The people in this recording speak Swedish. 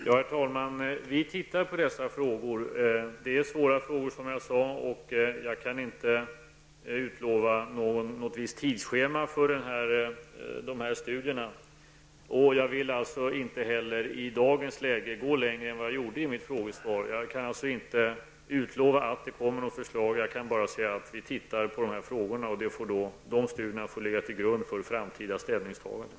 Herr talman! Vi ser över dessa frågor. Det är, som jag sade, svåra frågor, och jag kan inte utlova något visst tidsschema för dessa studier. Jag vill alltså i dagens läge inte heller gå längre än jag gjorde i mitt frågesvar. Jag kan alltså inte utlova att det kommer att läggas fram något förslag. Jag kan bara säga att vi ser över dessa frågor, och dessa studier får ligga till grund för framtida ställningstaganden.